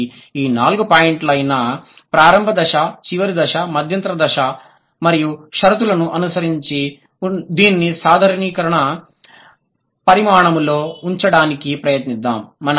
కాబట్టి ఈ నాలుగు పాయింట్లు అయిన ప్రారంభ దశ చివరి దశ మధ్యంతర దశ మరియు షరతులను అనుసరించి దీన్ని సాధారణీకరణ పరిమాణంలో ఉంచడానికి ప్రయత్నిద్దాం